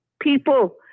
people